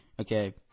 Okay